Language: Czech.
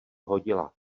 hodila